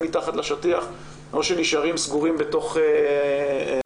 מתחת לשטיח או שנשארים סגורים בתוך הבית,